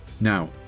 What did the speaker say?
Now